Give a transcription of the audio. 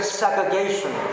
segregation